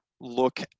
look